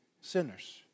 sinners